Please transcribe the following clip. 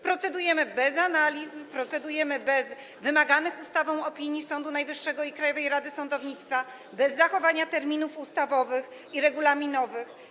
Procedujemy bez analiz, procedujemy bez wymaganych ustawą opinii Sądu Najwyższego i Krajowej Rady Sądownictwa, bez zachowania terminów ustawowych i regulaminowych.